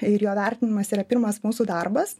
ir jo vertinimas yra pirmas mūsų darbas